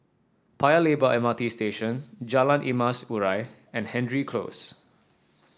Paya Lebar M R T Station Jalan Emas Urai and Hendry Close